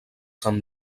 cent